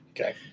Okay